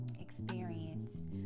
experienced